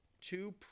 two